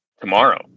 tomorrow